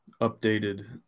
updated